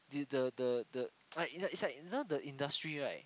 the the the in some of the industry right